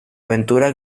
aventura